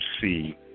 see